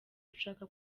ushaka